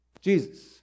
Jesus